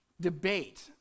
debate